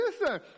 listen